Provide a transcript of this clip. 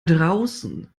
draußen